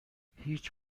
هیچ